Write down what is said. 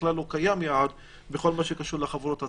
ובכלל לא קיים יעד בכל מה שקשור לחברות הציבוריות.